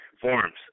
forms